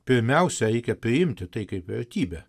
pirmiausia reikia priimti tai kaip vertybę